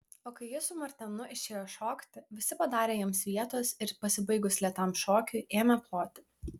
o kai ji su martenu išėjo šokti visi padarė jiems vietos ir pasibaigus lėtam šokiui ėmė ploti